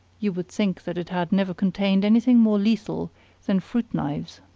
you would think that it had never contained anything more lethal than fruit-knives.